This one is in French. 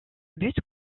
but